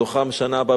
מתוכם בשנה הבאה,